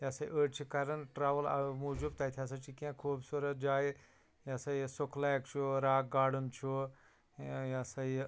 یہِ ہَسا یہِ أڑۍ چھِ کران ٹرٛیوٕل اؤے موٗجوب تتہِ ہَسا چھِ کیٚنٛہہ خوٗبصوٗرت جایہِ یہِ ہَسا یہِ سُکھ لیک چھُ راک گارڈٕن چھُ ٲں یہِ ہَسا یہِ